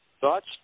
Thoughts